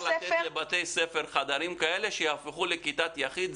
לתת לבתי ספר חדרים כאלה שיהפכו לכיתת יחיד.